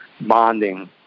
bonding